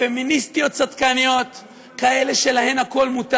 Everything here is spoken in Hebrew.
במדינה דמוקרטית כולם שווים בפני החוק,